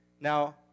Now